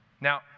Now